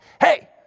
Hey